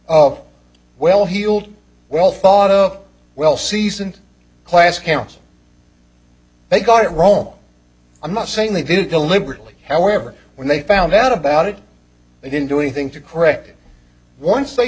of well heeled well thought of well seasoned class council they got it wrong i'm not saying they did it deliberately however when they found out about it they didn't do anything to correct it once they